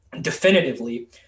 definitively